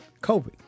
covid